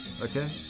okay